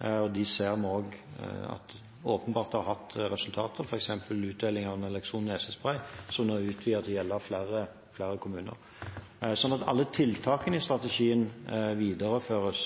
ser vi at åpenbart har hatt resultater, f.eks. utdeling av nalokson nesespray, som nå er utvidet til å gjelde flere kommuner. Alle tiltakene i strategien videreføres.